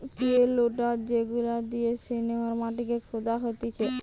pay loader যেগুলা দিয়ে সামনের মাটিকে খুদা হতিছে